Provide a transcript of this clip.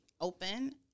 open